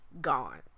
gone